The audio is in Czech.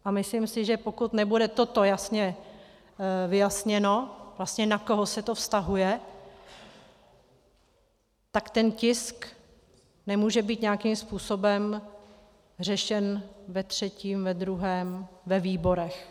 A myslím si, že pokud nebude toto jasně vyjasněno, vlastně na koho se to vztahuje, tak ten tisk nemůže být nějakým způsobem řešen ve třetím, ve druhém, ve výborech.